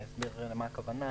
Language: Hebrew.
ואסביר את הכוונה.